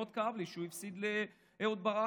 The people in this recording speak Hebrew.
מאוד כאב לי שהוא הפסיד לאהוד ברק.